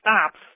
stops